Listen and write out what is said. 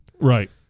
Right